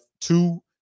two